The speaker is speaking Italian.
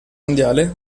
mondiale